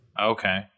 Okay